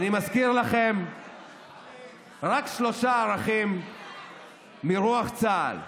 אני מזכיר לכם רק שלושה ערכים מרוח צה"ל,